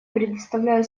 предоставляю